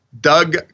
Doug